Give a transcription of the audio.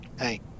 Hey